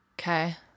Okay